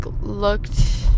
looked